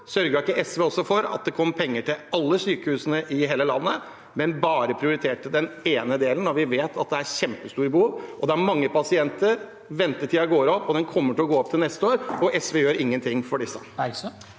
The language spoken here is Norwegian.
sørget ikke SV for at det kom penger til alle sykehusene i hele landet, men prioriterte bare den ene delen, når vi vet at det er kjempestore behov? Det er mange pasienter, og ventetiden øker. Den kommer til å øke til neste år, og SV gjør ingenting for disse.